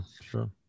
sure